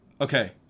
Okay